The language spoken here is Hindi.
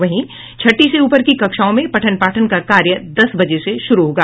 वहीं छठी से ऊपर की कक्षाओं में पठन पाठन का कार्य दस बजे से शुरू होगा